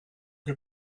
che